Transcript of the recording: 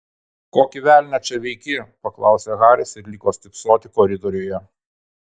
kokį velnią čia veiki paklausė haris ir liko stypsoti koridoriuje